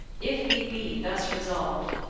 if ye be thus resolved,